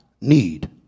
need